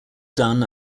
done